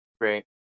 great